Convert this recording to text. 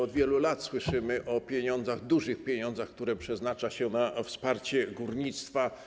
Od wielu lat słyszymy o dużych pieniądzach, które przeznacza się na wsparcie górnictwa.